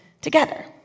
together